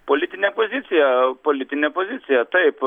politinė pozicija politinė pozicija taip